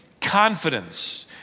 confidence